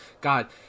God